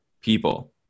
people